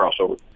crossover